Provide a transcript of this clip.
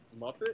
Muppet